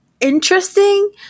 interesting